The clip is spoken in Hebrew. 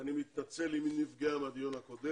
שאני מתנצל אם היא נפגעה בדיון הקודם,